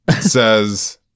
says